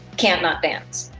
can't not dance.